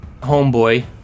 homeboy